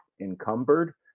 encumbered